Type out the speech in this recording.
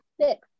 six